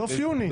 בסוף יוני.